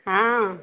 हँ